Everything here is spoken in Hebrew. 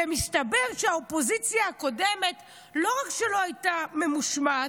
ומסתבר שהאופוזיציה הקודמת לא רק שלא הייתה ממושמעת,